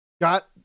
Got